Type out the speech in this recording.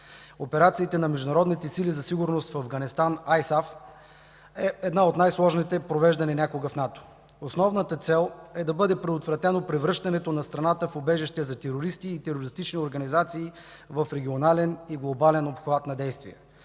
Операцията на международните сили за сигурност в Афганистан – ISAF, е една от най-сложните провеждани някога в НАТО. Основната цел е да бъде предотвратено превръщането на страната в убежище за терористи и терористични организации в регионален и глобален обхват на действие.